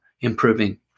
improving